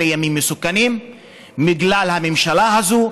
אלה ימים מסוכנים בגלל הממשלה הזאת,